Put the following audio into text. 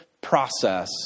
process